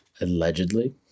Allegedly